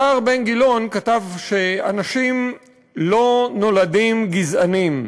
טאהר בן ג'לון כתב שאנשים לא נולדים גזענים,